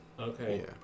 Okay